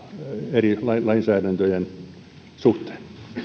eri lainsäädäntöjen suhteen